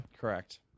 Correct